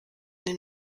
den